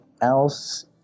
else